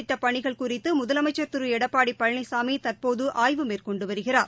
திட்ட் பணிகள் குறித்துமுதலமைச்சர் திருஎடப்பாடிபழனிசாமிதற்போதுஆய்வு மேற்கொண்டுவருகிறார்